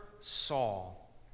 Saul